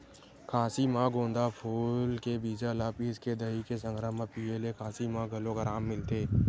खाँसी म गोंदा फूल के बीजा ल पिसके दही के संघरा म पिए ले खाँसी म घलो अराम मिलथे